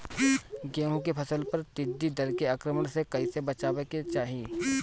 गेहुँ के फसल पर टिड्डी दल के आक्रमण से कईसे बचावे के चाही?